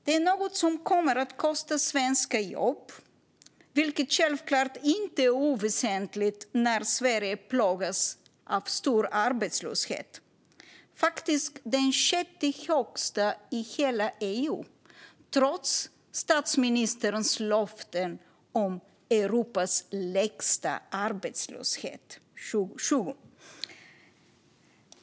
Detta är något som kommer att kosta svenska jobb, vilket självklart inte är oväsentligt när Sverige plågas av stor arbetslöshet - faktiskt den sjätte högsta i hela EU, trots statsministerns löften om Europas lägsta arbetslöshet 2020.